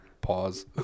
pause